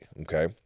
okay